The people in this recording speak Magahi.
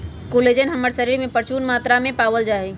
कोलेजन हमर शरीर में परचून मात्रा में पावल जा हई